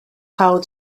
how